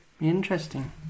Interesting